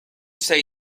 say